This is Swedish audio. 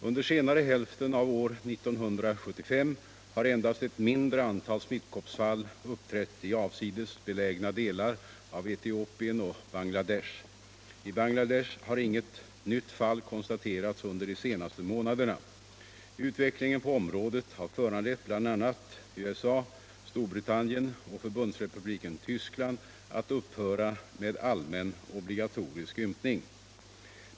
Under senare hälften av år 1975 har endast ett mindre antal smittkoppsfall uppträtt i avsides belägna delar av Etiopien och Bangladesh. I Bangladesh har inget nytt fall konstaterats under de senaste månaderna. Utvecklingen på området har föranlett bl.a. USA, Storbritannien och Förbundsrepubliken Tyskland att upphöra med allmän obligatorisk ympning.